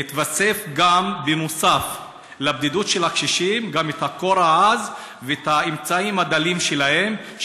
על הבדידות של הקשישים התווסף הקור העז והאמצעים הדלים שלהם,